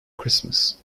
christmas